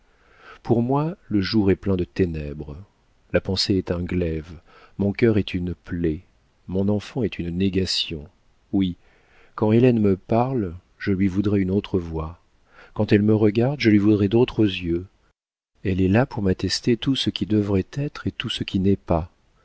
pour moi le jour est plein de ténèbres la pensée est un glaive mon cœur est une plaie mon enfant est une négation oui quand hélène me parle je lui voudrais une autre voix quand elle me regarde je lui voudrais d'autres yeux elle est là pour m'attester tout ce qui devrait être et tout ce qui n'est pas